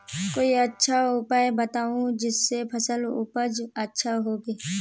कोई अच्छा उपाय बताऊं जिससे फसल उपज अच्छा होबे